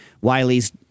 Wiley's